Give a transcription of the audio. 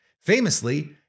famously